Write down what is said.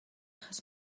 achos